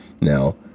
Now